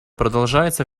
продолжаются